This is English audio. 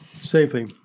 Safely